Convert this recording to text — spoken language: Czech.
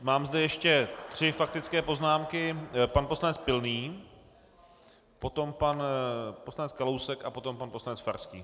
Mám zde ještě tři faktické poznámky pan poslanec Pilný, potom pan poslanec Kalousek a potom pan poslanec Farský.